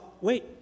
wait